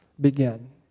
begin